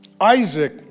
Isaac